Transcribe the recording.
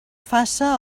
faça